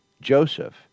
Joseph